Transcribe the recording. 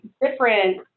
different